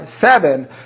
seven